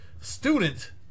Student